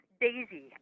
daisy